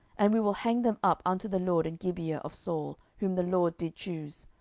and we will hang them up unto the lord in gibeah of saul, whom the lord did choose.